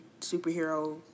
superhero